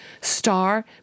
star